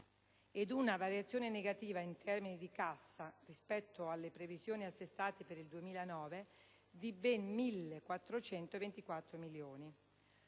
ed una variazione negativa in termini di cassa, rispetto alle previsioni assestate per il 2009, di ben 1.424 milioni.